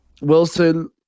Wilson